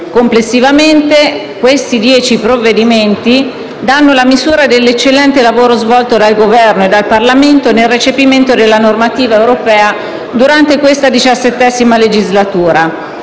Complessivamente, questi dieci provvedimenti danno la misura dell'eccellente lavoro svolto dal Governo e dal Parlamento nel recepimento della normativa europea durante questa XVII legislatura